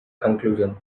conclusion